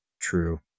True